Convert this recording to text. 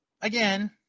again